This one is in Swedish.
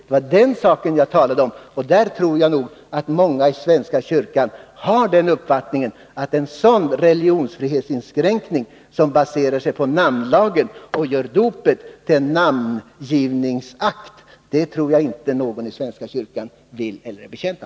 Det var detta jag talade om. En sådan religionsfrihetsinskränkning, som baserar sig på namnlagen och gör dopet till en namngivningsakt, tror jag inte att någon inom svenska kyrkan vill bekämpa.